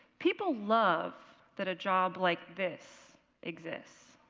people love that a job like this exists.